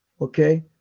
okay